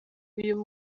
uyu